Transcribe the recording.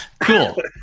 Cool